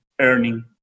earning